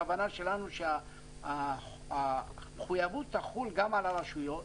הכוונה שלנו היא שהמחויבות תחול גם על הרשויות